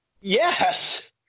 Yes